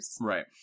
Right